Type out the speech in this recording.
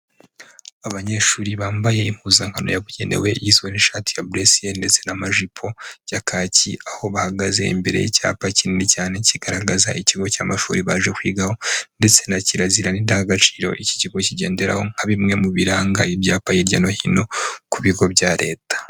Abanyeshuri bambaye impuzankano yabugenewe igizwe n'ishati ya bureseyeri ndetse n'amajipo ya kacyi, aho bahagaze imbere y'icyapa kinini cyane kigaragaza ikigo cy'amashuri baje kwigaho, ndetse na kirazira n'indangagaciro iki kigo kigenderaho, nka bimwe mu biranga ibyapa hirya no hino ku bigo bya leta.